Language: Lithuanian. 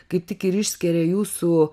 kaip tik ir išskiria jūsų